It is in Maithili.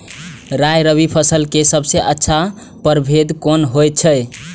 राय रबि फसल के सबसे अच्छा परभेद कोन होयत अछि?